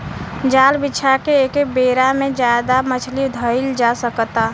जाल बिछा के एके बेरा में ज्यादे मछली धईल जा सकता